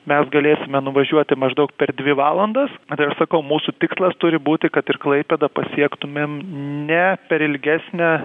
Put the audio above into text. mes galėsime nuvažiuoti maždaug per dvi valandas nu tai ir sakau mūsų tikslas turi būti kad ir klaipėdą pasiektumėm ne per ilgesnę